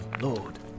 lord